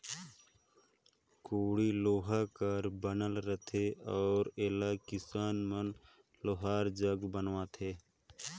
कोड़ी लोहा कर बनल रहथे अउ एला किसान मन लोहार जग बनवाथे